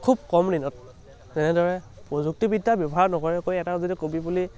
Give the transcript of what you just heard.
খুব কম দিনত তেনেদৰে প্ৰযুক্তিবিদ্যা ব্যৱহাৰ নকৰাকৈ এটা যদি কবি পুলি